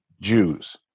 Jews